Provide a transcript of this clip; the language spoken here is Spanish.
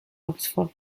oxford